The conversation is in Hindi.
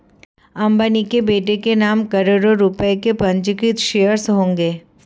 अंबानी के बेटे के नाम करोड़ों रुपए के पंजीकृत शेयर्स होंगे